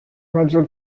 maggior